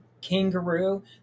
kangaroo